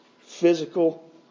Physical